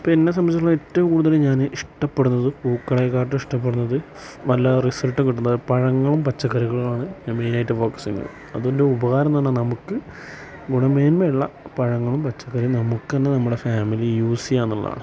ഇപ്പോൾ എന്നെ സംബന്ധിച്ചെടുത്തോളം ഏറ്റവും കൂടുതൽ ഞാൻ ഇഷ്ടപ്പെടുന്നതും പൂക്കളേക്കാളും ഇഷ്ടപ്പെടുന്നത് നല്ല റിസൾട്ട് കിട്ടുന്നതും പഴങ്ങളും പച്ചക്കറികളുമാണ് ഞാൻ മെയിനായിട്ട് ഫോക്കസ് ചെയ്യുന്നത് അതിൻ്റെ ഉപകാരം എന്ന് പറഞ്ഞാൽ നമുക്ക് ഗുണമേന്മയുള്ള പഴങ്ങളും പച്ചക്കറിയും നമുക്ക് തന്നെ നമ്മുടെ ഫാമിലി യൂസ് ചെയ്യാമെന്നുള്ളതാണ്